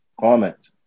comment